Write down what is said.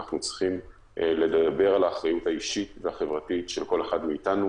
אנחנו צריכים לדבר על האחריות האישית והחברתית של כל אחד מאתנו.